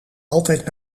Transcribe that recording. altijd